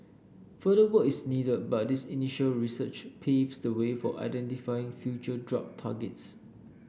further work is needed but this initial research paves the way for identifying future drug targets